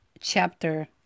chapter